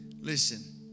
Listen